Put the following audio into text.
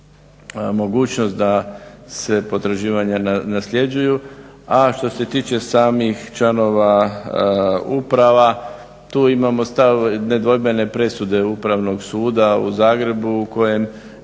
da se potraživanja nasljeđuju, a što se tiče samih članova uprava tu imamo stav nedvojbene presude Upravnog suda u Zagrebu kojem